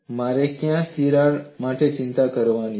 મારે કયા તિરાડ માટે ચિંતા કરવાની છે